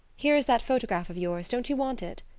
here is that photograph of yours. don't you want it?